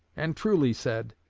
and truly said,